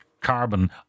carbon